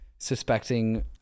Suspecting